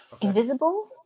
Invisible